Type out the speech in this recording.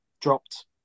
dropped